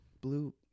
blue